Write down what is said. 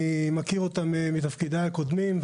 אני מכיר אותם מתפקידיי הקודמים,